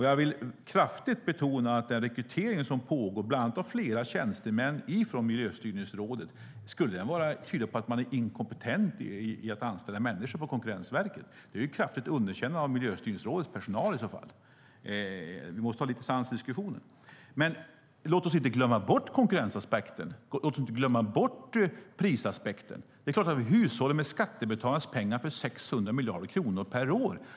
Jag vill kraftigt betona den pågående rekryteringen av bland annat flera tjänstemän från Miljöstyrningsrådet. Skulle den tyda på att man är inkompetent när det gäller att anställa människor på Konkurrensverket? Det är i så fall ett kraftigt underkännande av Miljöstyrningsrådets personal. Det måste vara lite sans i diskussionen. Men låt oss inte glömma bort konkurrensaspekten eller prisaspekten. Det är klart att vi måste hushålla med skattebetalarnas pengar - det är 600 miljarder kronor per år.